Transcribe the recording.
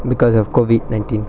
because of COVID